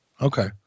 Okay